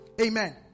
Amen